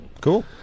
Cool